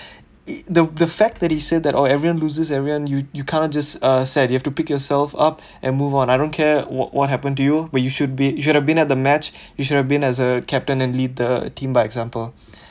it the the fact that he said that oh everyone loses everyone you you can't just uh sad you have to pick yourself up and move on I don't care what what happen to you but you should be you should have been at the match you should have been as a captain and lead the team by example